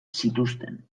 zituzten